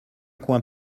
coin